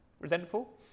resentful